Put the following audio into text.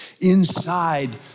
inside